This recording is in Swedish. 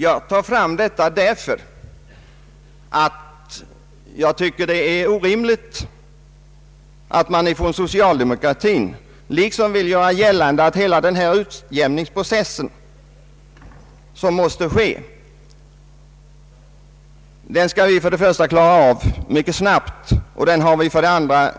Jag har tagit upp detta därför att det enligt min mening är orimligt att man från socialdemokratiskt håll liksom vill göra gällande att hela den utjämningsprocess som måste ske för det första skall klaras av mycket snabbt och att man för det andra